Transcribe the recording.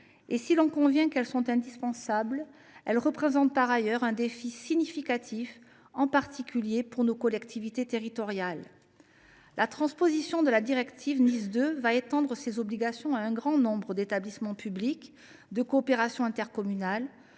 Et si l’on convient qu’elles sont indispensables, elles représentent par ailleurs un défi significatif, en particulier pour nos collectivités territoriales. La transposition de la directive NIS 2 étend ces obligations à un grand nombre d’établissements publics de coopération intercommunale,